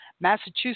Massachusetts